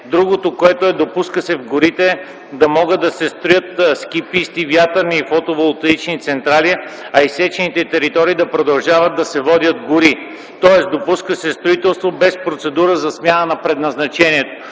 Другото което се допуска, е в горите да могат да се строят ски писти, вятърни и фотоволтаични централи, а изсечените територии да продължават да се водят гори. Тоест допуска се строителство без процедура за смяна на предназначението,